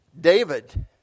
David